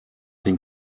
den